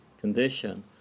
condition